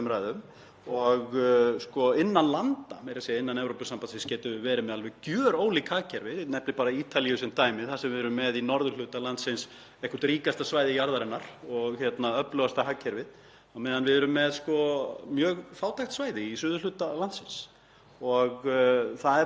eitthvert ríkasta svæði jarðarinnar og öflugasta hagkerfið en með mjög fátækt svæði í suðurhluta landsins. Þetta eru bara alls konar hagsmunir sem þarf að taka tillit til (Forseti hringir.) og ég held að við eigum ágætlega heima á því svæði og þyrftum ekki að bera skarðan hlut frá borði þar.